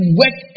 work